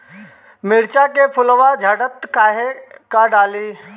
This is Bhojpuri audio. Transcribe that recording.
मिरचा के फुलवा झड़ता काहे का डाली?